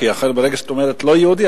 כי ברגע שאת אומרת "לא יהודי",